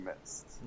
missed